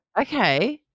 Okay